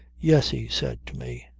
yes, he said to me.